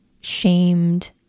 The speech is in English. shamed